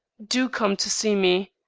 do come to see me,